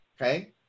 okay